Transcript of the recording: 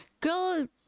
girl